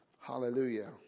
Hallelujah